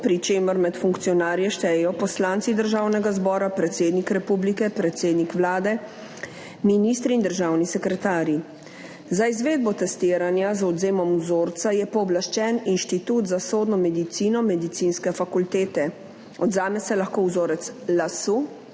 pri čemer se med funkcionarje štejejo poslanci Državnega zbora, predsednik republike, predsednik Vlade, ministri in državni sekretarji. Za izvedbo testiranja z odvzemom vzorca je pooblaščen Inštitut za sodno medicino Medicinske fakultete. Odvzame se lahko vzorec lasu,